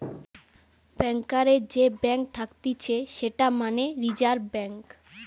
ব্যাংকারের যে ব্যাঙ্ক থাকতিছে সেটা মানে রিজার্ভ ব্যাঙ্ক